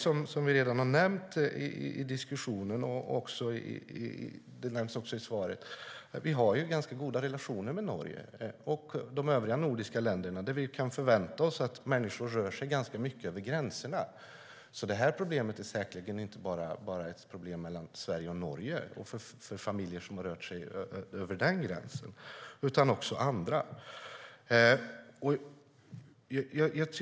Som redan nämnts i diskussionen och i svaret har vi ganska goda relationer med Norge och de övriga nordiska länderna. Vi kan förvänta oss att människor rör sig mycket över gränserna. Detta är säkerligen inte ett problem bara mellan Sverige och Norge och för familjer som rör sig över den gränsen, utan även för andra.